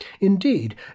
Indeed